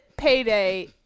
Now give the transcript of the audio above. Payday